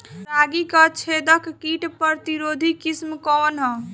रागी क छेदक किट प्रतिरोधी किस्म कौन ह?